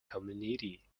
community